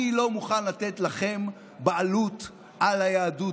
אני לא מוכן לתת לכם בעלות על היהדות,